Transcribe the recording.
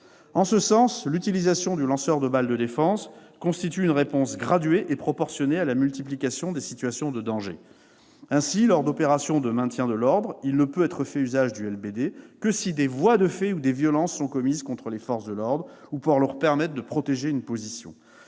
anticasseurs ? L'utilisation du lanceur de balles de défense constitue une réponse graduée et proportionnée à la multiplication des situations de danger. Ainsi, lors d'opérations de maintien de l'ordre, il ne peut être fait usage du LBD que si des voies de fait ou des violences sont commises contre les forces de l'ordre ou pour leur permettre de protéger une position.